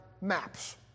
maps